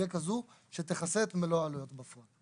תהיה כזו שתכסה את מלוא העלויות בפועל.